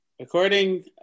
according